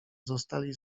zostali